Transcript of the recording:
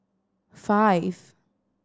five